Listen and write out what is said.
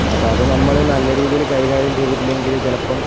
അപ്പം അത് നമ്മള് നല്ല രീതിയില് കൈകാര്യം ചെയ്തിട്ടില്ലെങ്കില് ചിലപ്പം